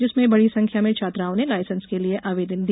जिसमे बड़ी संख्या में छात्राओं ने लाइसेंस के लिए आवेदन दिया